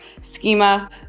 schema